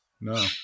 No